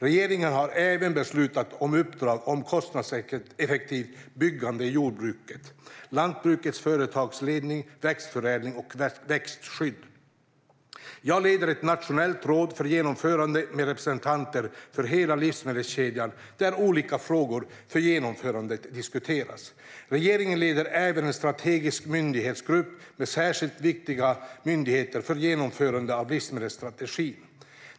Regeringen har även beslutat om uppdrag om kostnadseffektivt byggande i jordbruket, lantbrukets företagsledning, växtförädling och växtskydd. Jag leder ett nationellt råd för genomförandet med representanter för hela livsmedelskedjan där olika frågor för genomförandet diskuteras. Regeringen leder även en strategisk myndighetsgrupp med särskilt viktiga myndigheter för genomförandet av livsmedelsstrategin.